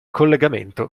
collegamento